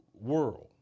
world